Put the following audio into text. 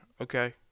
okay